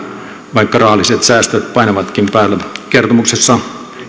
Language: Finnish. vaikka rahalliset säästöt painavatkin päälle kertomuksessa